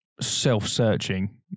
self-searching